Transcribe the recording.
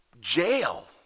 jail